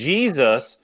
Jesus